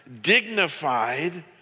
dignified